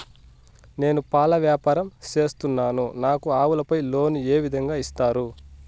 నేను పాల వ్యాపారం సేస్తున్నాను, నాకు ఆవులపై లోను ఏ విధంగా ఇస్తారు